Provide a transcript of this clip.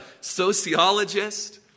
sociologist